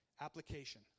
Application